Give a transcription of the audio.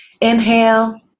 Inhale